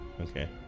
Okay